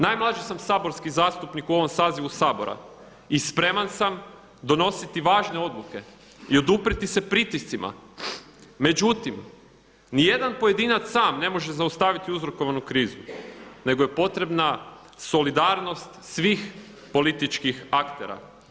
Najmlađi sam saborski zastupnik u ovom sazivu Sabora i spreman sam donositi važne odluke i oduprijeti se pritiscima, međutim nijedan pojedinac sam ne može zaustaviti uzrokovanu krizu, nego je potrebna solidarnost svih političkih aktera.